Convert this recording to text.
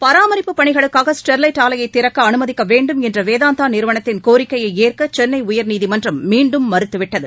பராமரிப்பு பணிகளுக்காக ஸ்டெர்லைட் ஆலையை திறக்க அனுமதிக்க வேண்டும் என்ற வேதாந்தா நிறுவனத்தின் கோரிக்கையை ஏற்க சென்னை உயர்நீதிமன்றம் மீண்டும் மறுத்துவிட்டது